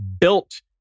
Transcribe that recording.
built